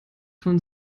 von